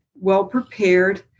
well-prepared